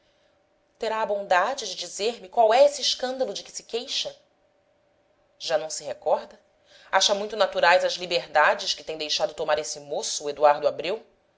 terá a bondade de dizer-me qual é esse escândalo de que se queixa já não se recorda acha muito naturais as liberdades que tem deixado tomar esse moço o eduardo abreu